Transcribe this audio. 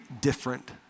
different